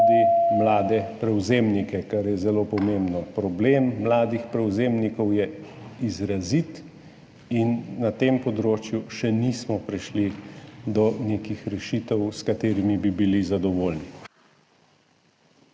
tudi mlade prevzemnike, kar je zelo pomembno. Problem mladih prevzemnikov je izrazit in na tem področju še nismo prišli do nekih rešitev, s katerimi bi bili zadovoljni.